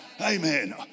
Amen